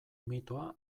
mitoa